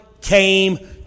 came